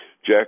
Jack